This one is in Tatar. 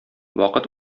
вакыт